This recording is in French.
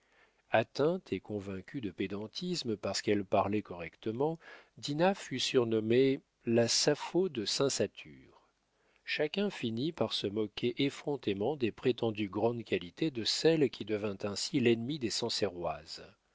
atteinte et convaincue de pédantisme parce qu'elle parlait correctement dinah fut surnommée la sapho de saint satur chacun finit par se moquer effrontément des prétendues grandes qualités de celle qui devint ainsi l'ennemie des